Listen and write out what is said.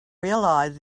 realise